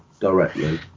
directly